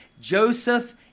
Joseph